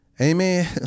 Amen